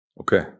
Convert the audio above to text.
Okay